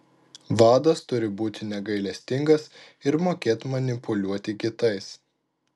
vadas turi būti negailestingas ir mokėt manipuliuoti kitais